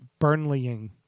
Burnleying